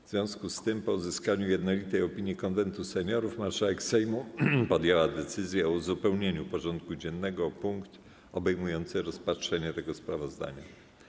W związku z tym, po uzyskaniu jednolitej opinii Konwentu Seniorów, marszałek Sejmu podjęła decyzję o uzupełnieniu porządku dziennego o punkt obejmujący rozpatrzenie tego sprawozdania.